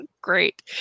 great